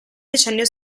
decennio